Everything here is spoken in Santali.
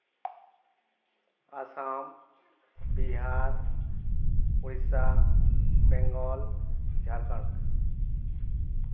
ᱟᱥᱟᱢ ᱵᱤᱦᱟᱨ ᱩᱲᱤᱥᱥᱟ ᱵᱮᱝᱜᱚᱞ ᱡᱷᱟᱲᱠᱷᱚᱸᱰ